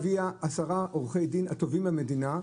סיטיפס הביאה עשרה עורכי דין הטובים במדינה,